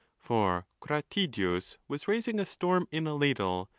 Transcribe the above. for gratidius was raising a storm in a ladle,